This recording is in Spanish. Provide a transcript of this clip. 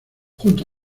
junto